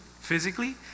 physically